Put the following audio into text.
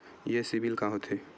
ये सीबिल का होथे?